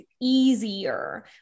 easier